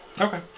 Okay